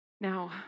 Now